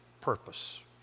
purpose